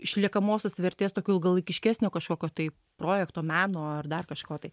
išliekamosios vertės tokio ilgolaikiškesnio kažkokio tai projekto meno ar dar kažko tai